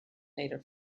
native